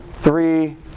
three